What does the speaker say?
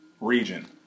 region